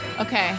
Okay